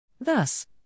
Thus